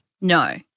No